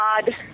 God